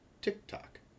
TikTok